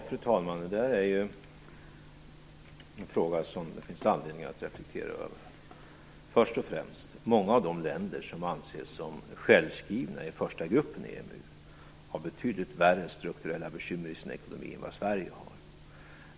Fru talman! Det är en fråga som det finns anledning att reflektera över. Först och främst har många av de länder som anses som självskrivna i första gruppen i EMU betydligt värre strukturella bekymmer i sin ekonomi än vad Sverige har.